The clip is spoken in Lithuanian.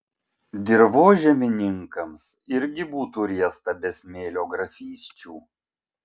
dirvožemininkams irgi būtų riesta be smėlio grafysčių